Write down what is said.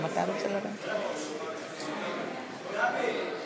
11), התשע"ו 2016, נתקבל.